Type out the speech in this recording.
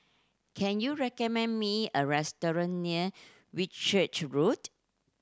can you recommend me a restaurant near Whitchurch Road